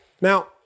Now